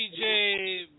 DJ